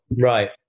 Right